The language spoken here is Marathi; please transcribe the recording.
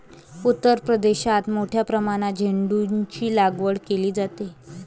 उत्तर प्रदेशात मोठ्या प्रमाणात झेंडूचीलागवड केली जाते